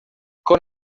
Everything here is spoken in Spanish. con